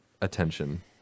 attention